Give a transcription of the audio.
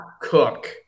Cook